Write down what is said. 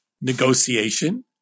negotiation